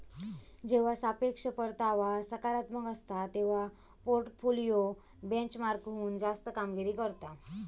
जेव्हा सापेक्ष परतावा सकारात्मक असता, तेव्हा पोर्टफोलिओ बेंचमार्कहुन जास्त कामगिरी करता